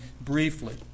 briefly